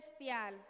Celestial